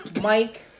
Mike